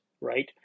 right